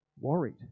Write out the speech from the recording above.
worried